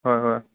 হয় হয়